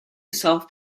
self